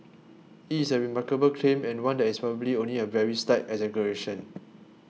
it is a remarkable claim and one that is probably only a very slight exaggeration